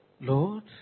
Lord